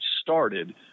started